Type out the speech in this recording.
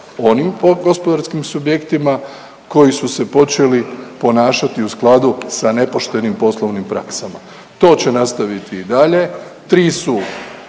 onim gospodarskim subjektima koji su se počeli ponašati u skladu sa nepoštenim poslovnim praksama. To će nastaviti i dalje.